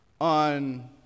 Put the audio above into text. on